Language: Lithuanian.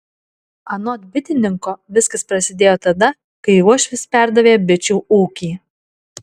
anot bitininko viskas prasidėjo tada kai uošvis perdavė bičių ūkį